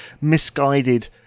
misguided